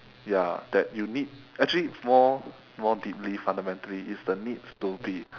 ya that you need actually more more deeply fundamentally is the need to be